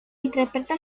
interpreta